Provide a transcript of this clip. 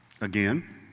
again